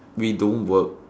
we don't work